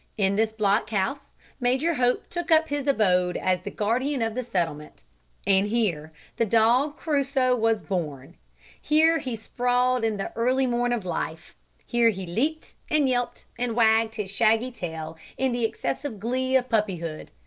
in this block-house major hope took up his abode as the guardian of the settlement and here the dog crusoe was born here he sprawled in the early morn of life here he leaped, and yelped, and wagged his shaggy tail in the excessive glee of puppyhood,